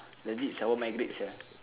legit sia I will migrate sia